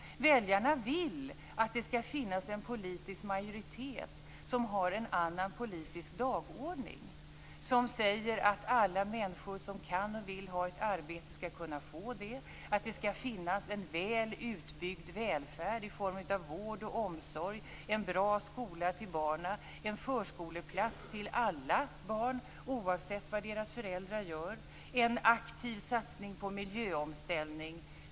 Väljarna vill att det skall finnas en politisk majoritet som har en annan politisk dagordning, en dagordning som säger att alla människor som kan och vill ha ett arbete skall kunna få det, att det skall finnas en väl utbyggd välfärd i form av vård och omsorg, en bra skola till barnen, en förskoleplats till alla barn oavsett vad deras föräldrar gör och en aktiv satsning på miljöomställning.